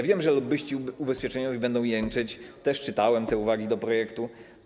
Wiem, że lobbyści ubezpieczeniowi będą jęczeć, też czytałem te uwagi do projektu.